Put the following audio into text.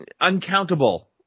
uncountable